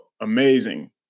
amazing